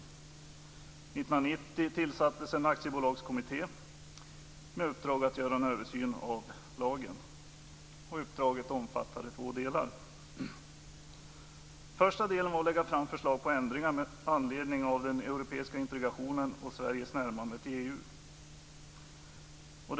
1990 tillsattes en aktiebolagskommitté med uppdrag att göra en översyn av lagen. Uppdraget omfattade två delar. Den första delen var att lägga fram förslag till ändringar med anledning av den europeiska integrationen och Sveriges närmande till EU.